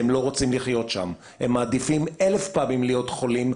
והם לא רוצים לחיות שם הם מעדיפים אלף פעמים להיות חולים,